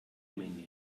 menge